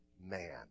man